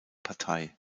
partei